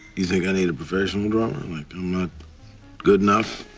you think i need a professional drummer? like i'm not good enough?